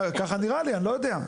ככה נראה לי, אני לא יודע.